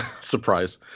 Surprise